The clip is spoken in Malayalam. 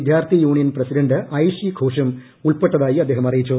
വിദ്യാർത്ഥി യൂണിയൻ പ്രസിഡന്റ് ഐഷി ഘോഷും ഉൾപ്പെട്ടതായി അദ്ദേഹം അറിയിച്ചു